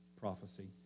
prophecy